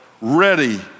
ready